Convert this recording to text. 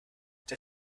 der